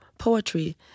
poetry